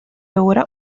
ora